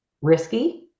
risky